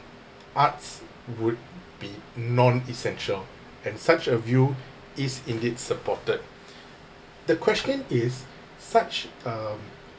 arts would be non-essential and such a view is indeed supported the question is such um